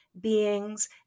beings